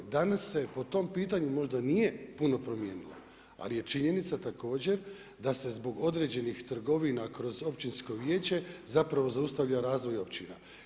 Danas se po tom pitanju možda nije puno promijenilo, ali je činjenica također da se zbog određenih trgovina kroz Općinsko vijeće zapravo zaustavio razvoj općina.